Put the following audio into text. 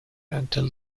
until